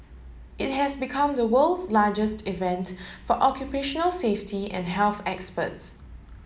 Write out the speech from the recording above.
it has become the world's largest event for occupational safety and health experts